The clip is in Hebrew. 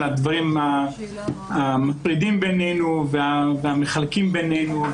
הדברים המטרידים בינינו והמחלקים בינינו,